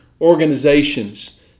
organizations